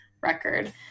record